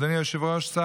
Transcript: אדוני היושב-ראש,